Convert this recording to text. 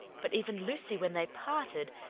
but even lucy, when they parted,